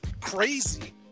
crazy